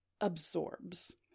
absorbs